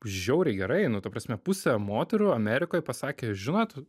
žiauriai gerai nu ta prasme pusė moterų amerikoj pasakė žinot